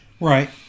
Right